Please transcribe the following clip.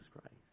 Christ